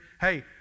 Hey